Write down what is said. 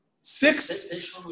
six